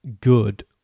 good